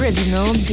Original